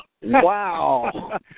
Wow